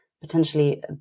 potentially